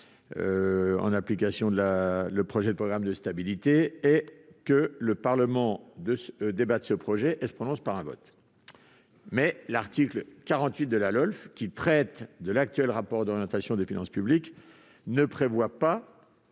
européenne, le projet de programme de stabilité. Le Parlement débat de ce projet et se prononce par un vote. » L'article 48 de la LOLF, qui vise l'actuel rapport d'orientation des finances publiques, ne prévoit pas